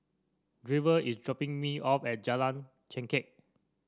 Draven is dropping me off at Jalan Chengkek